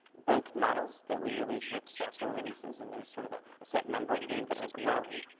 built models that we release with software releases, and there's sort of ah a set number of them that are growing.